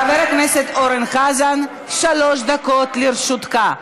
חבר הכנסת אורן חזן, שלוש דקות לרשותך.